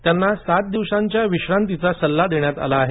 त्यांना सात दिवसांच्या विश्रांतीचा सल्ला देण्यात आला आहे